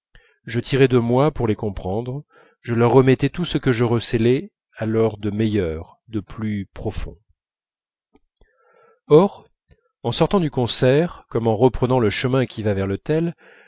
je tirais de moi pour les comprendre je leur remettais tout ce que je recélais alors de meilleur de plus profond or en sortant du concert comme en reprenant le chemin qui va vers l'hôtel